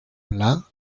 pla